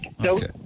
Okay